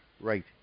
right